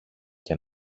και